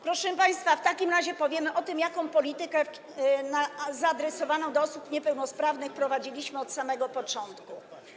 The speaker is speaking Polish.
Proszę państwa, w takim razie powiemy o tym, jaką politykę zaadresowaną do osób niepełnosprawnych prowadziliśmy od samego początku.